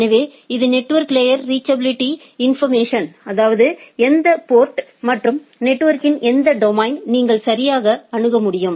எனவே இது network layer reachability information அதாவது எந்த போர்ட்ஸ் மற்றும் நெட்வொர்க்கின் எந்த டொமைனையும் நீங்கள் சரியாக அணுக முடியும்